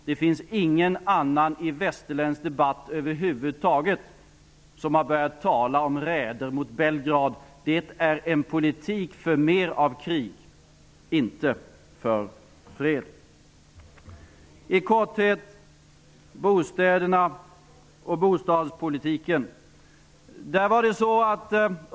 Det finns över huvud taget ingen annan i västerländsk debatt som har börjat tala om räder mot Belgrad. Det är en politik för mer av krig, inte för fred.